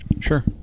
Sure